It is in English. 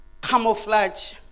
camouflage